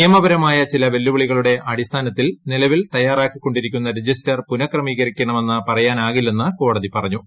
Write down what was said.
നിയമപരമായചിലവെല്ലുവിളികളുടെഅടിസ്ഥാനത്തിൽ നിലവിൽതയ്യാറാക്കിക്കൊണ്ടിരിക്കുന്ന രജിസ്റ്റർ പുനക്രമീകരിക്കണമെന്ന് പറയാനാകില്ലെന്ന്കോടതി പറഞ്ഞു